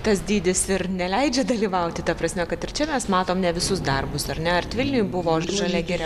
tas dydis ir neleidžia dalyvauti ta prasme kad ir čia mes matom ne visus darbus ar net art vilniuj buvo žalia giria